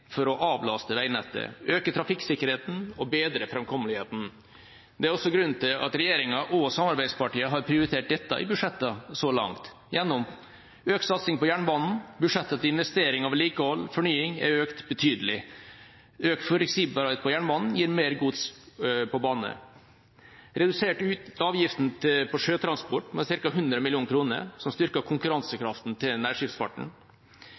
for å avlaste veinettet, øke trafikksikkerheten og bedre framkommeligheten. Det er også grunnen til at regjeringa og samarbeidspartiene har prioritert dette i budsjettene så langt gjennom økt satsing på jernbanen: Budsjettene til investering og vedlikehold/fornying er økt betydelig. Økt forutsigbarhet på jernbanen gir mer gods på bane; å ha redusert avgiftene på sjøtransport med ca. 100 mill. kr, som styrker konkurransekraften til nærskipsfarten;